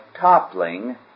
toppling